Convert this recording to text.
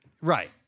Right